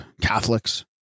Catholics